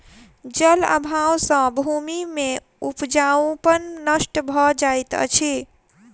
जल अभाव सॅ भूमि के उपजाऊपन नष्ट भ जाइत अछि